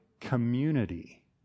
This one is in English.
community